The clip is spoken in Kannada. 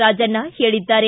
ರಾಜಣ್ಣ ಹೇಳಿದ್ದಾರೆ